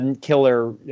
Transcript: killer